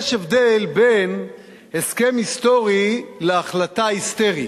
יש הבדל בין הסכם היסטורי להחלטה היסטרית.